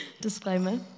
disclaimer